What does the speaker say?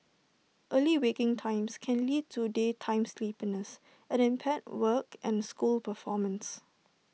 early waking times can lead to daytime sleepiness and impaired work and school performance